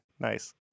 Nice